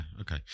okay